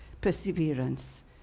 perseverance